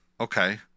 Okay